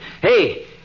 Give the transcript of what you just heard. Hey